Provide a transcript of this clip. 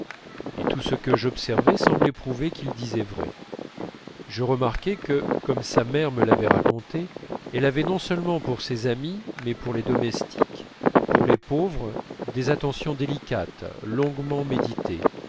et tout ce que j'observais semblait prouver qu'ils disaient vrai je remarquais que comme sa mère me l'avait raconté elle avait non seulement pour ses amies mais pour les domestiques pour les pauvres des attentions délicates longuement méditées